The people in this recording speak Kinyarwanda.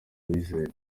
uwizeye